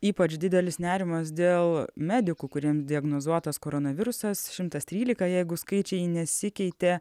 ypač didelis nerimas dėl medikų kuriem diagnozuotas koronavirusas šimtas trylika jeigu skaičiai nesikeitė